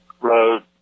Road